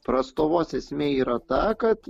prastovos esmė yra ta kad